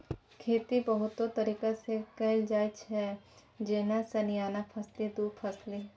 खेती बहुतो तरीका सँ कएल जाइत छै जेना सलियाना फसली, दु फसली